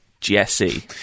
jesse